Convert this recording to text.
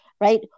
right